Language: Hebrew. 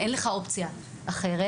אין לך אופציה אחרת.